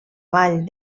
vall